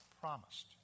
promised